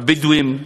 הבדואים,